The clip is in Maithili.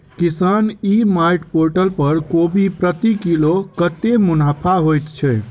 किसान ई मार्ट पोर्टल पर कोबी प्रति किलो कतै मुनाफा होइ छै?